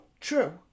True